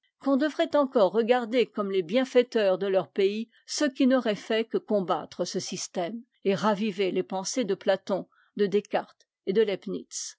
qu'on devrait encore regarder comme les bienfaiteurs de leur pays ceux qui n'auraient fait que combattre ce système et raviver les pensées de platon de descartes et de